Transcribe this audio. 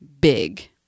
big